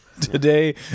Today